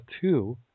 two